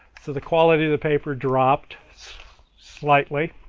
so the quality of the paper dropped slightly.